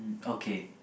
okay